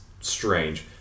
strange